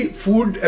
food